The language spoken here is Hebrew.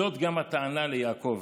זאת גם הטענה ליעקב.